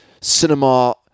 cinema